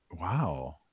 Wow